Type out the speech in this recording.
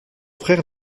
frère